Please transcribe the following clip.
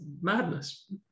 madness